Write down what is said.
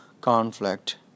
Conflict